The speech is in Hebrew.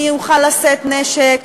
מי יוכל לשאת נשק,